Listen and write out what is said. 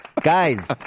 Guys